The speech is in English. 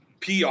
pr